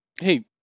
hey